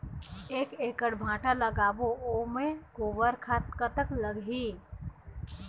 एक एकड़ भांटा लगाबो ओमे गोबर खाद कतक लगही?